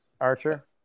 Archer